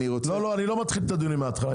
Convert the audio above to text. אני לא מתחיל את הדיון מההתחלה.